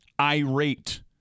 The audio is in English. irate